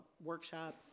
workshops